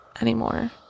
anymore